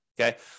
okay